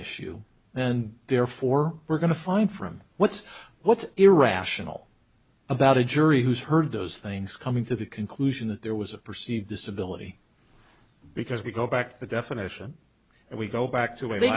issue and therefore we're going to find from what's what's irrational about a jury who's heard those things coming to the conclusion that there was a perceived disability because we go back to the definition and we go back to